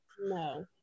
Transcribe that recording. No